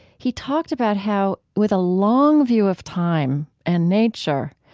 he talked about how with a long view of time and nature,